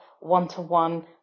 one-to-one